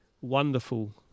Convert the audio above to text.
wonderful